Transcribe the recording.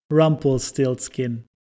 Rumpelstiltskin